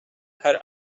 her